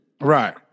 Right